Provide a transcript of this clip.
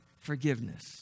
Forgiveness